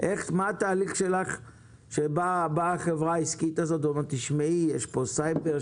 מה התהליך שלך כשבאה חברה עסקית ואומרת שיש כאן סייבר,